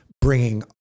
bringing